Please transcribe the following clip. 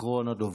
אחרון הדוברים.